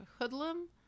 hoodlum